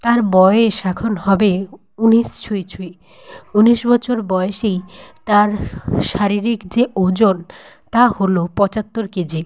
তার বয়স এখন হবে ঊনিশ ছুঁই ছুঁই ঊনিশ বছর বয়েসেই তার শারীরিক যে ওজন তা হলো পঁচাত্তর কেজি